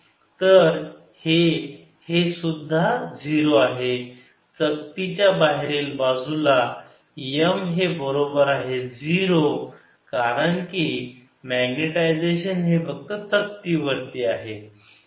तर हे हे सुद्धा 0 आहे चकतीच्या बाहेरील बाजूला M हे बरोबर आहे 0 कारण की मॅग्नेटायजेशन हे फक्त चकतीवर आहे